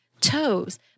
toes